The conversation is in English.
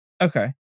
Okay